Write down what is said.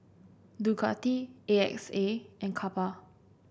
Ducati A X A and Kappa